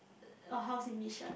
a house in Bishan